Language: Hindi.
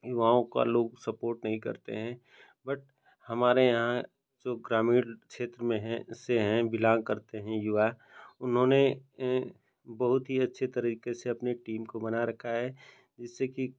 युवाओं का लोग सपोर्ट नहीं करते हैं बट हमारे यहाँ जो ग्रामीण क्षेत्र में हैं से हैं बिलोंग करते हैं युवा उन्हें बहुत अच्छे तरीके से अपनी टीम को बना रखा है जिससे कि